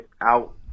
out